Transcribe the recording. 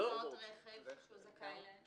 הוצאות רכב שהוא זכאי להן.